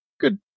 good